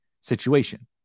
situation